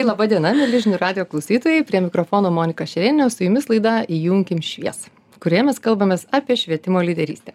laba diena mieli žinių radijo klausytojai prie mikrofono monika šerėnė o su jumis laida įjunkim šviesą kurioje mes kalbamės apie švietimo lyderystę